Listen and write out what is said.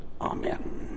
Amen